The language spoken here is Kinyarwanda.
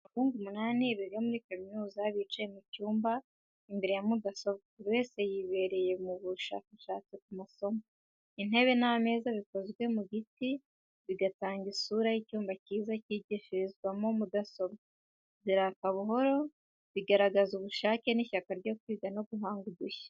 Abahungu umunani biga muri kaminuza bicaye mu cyumba cy’imbere ya mudasobwa, buri wese yibereye mu bushakashatsi ku masomo. Intebe n’ameza bikozwe mu giti bitanga isura y’icyumba cyiza cyigishirizwamo mudasobwa ziraka buhoro, zigaragaza ubushake n’ishyaka ryo kwiga no guhanga udushya.